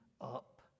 up